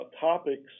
topics